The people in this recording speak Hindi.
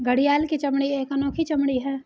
घड़ियाल की चमड़ी एक अनोखी चमड़ी है